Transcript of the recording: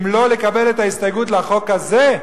אם לא לקבל את ההסתייגות לחוק הזה,